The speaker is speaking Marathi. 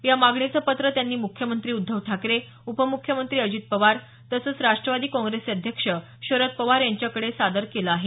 या मागणीचं पत्र त्यांनी मुख्यमंत्री उद्धव ठाकरे उपमुख्यमंत्री अजित पवार तसंच राष्ट्रवादी काँग्रेसचे अध्यक्ष शरद पवार यांच्याकडे सादर केलं आहे